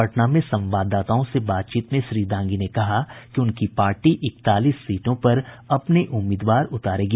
पटना में संवाददाताओं से बातचीत में श्री दांगी ने कहा कि उनकी पार्टी इकतालीस सीटों पर अपने उम्मीदवार उतारेगी